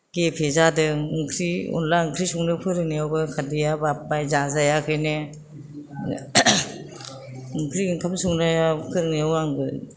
गेफे जादों ओंख्रि अनद्ला ओंख्रि संनो फोरोंनायावबो खारदैया बाब्बाय जाजायाखैनो ओंख्रि ओंखाम संनाया फोरोंनायाव आंबो